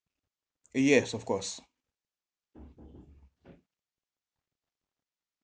yes of course